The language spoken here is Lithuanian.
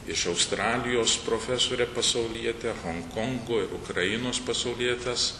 iš australijos profesorę pasaulietę honkongo ir ukrainos pasaulietes